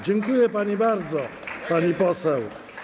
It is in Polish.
Dziękuję pani bardzo, pani poseł.